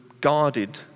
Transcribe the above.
guarded